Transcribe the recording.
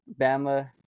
Bama